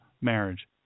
marriage